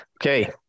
Okay